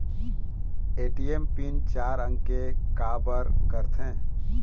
ATM PIN चार अंक के का बर करथे?